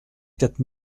quatre